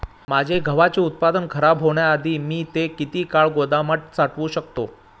माझे गव्हाचे उत्पादन खराब होण्याआधी मी ते किती काळ गोदामात साठवू शकतो?